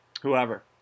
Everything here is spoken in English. whoever